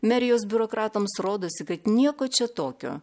merijos biurokratams rodosi kad nieko čia tokio